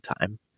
time